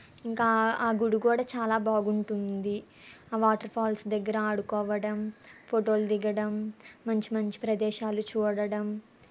ఇంకా ఆ గుడి కూడా చాలా బాగుంటుంది ఆ వాటర్ఫాల్స్ దగ్గర ఆడుకోవడం ఫొటోలు దిగడం మంచి మంచి ప్రదేశాలు చూడడం